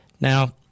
Now